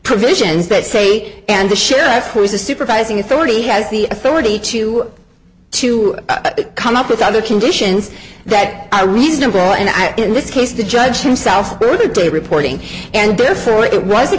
provisions that say and the sheriff who is a supervising authority has the authority to to come up with other conditions that are reasonable and i have in this case the judge himself through the day reporting and therefore it was a